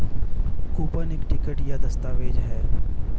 coupon एक ticket या दस्तावेज़ है